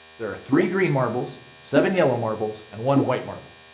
there are three green marbles, seven yellow marbles and one white marble.